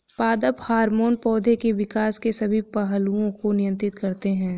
पादप हार्मोन पौधे के विकास के सभी पहलुओं को नियंत्रित करते हैं